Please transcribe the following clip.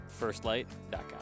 FirstLight.com